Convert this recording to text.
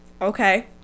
okay